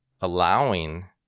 allowing